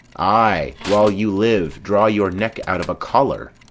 ay, while you live, draw your neck out of collar.